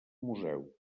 museu